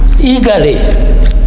eagerly